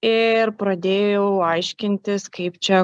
ir pradėjau aiškintis kaip čia